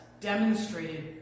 demonstrated